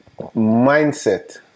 mindset